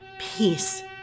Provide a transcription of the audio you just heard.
Peace